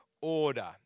order